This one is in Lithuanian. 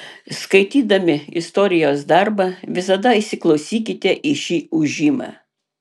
skaitydami istorijos darbą visada įsiklausykite į šį ūžimą